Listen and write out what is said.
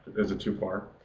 is it too far?